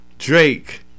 Drake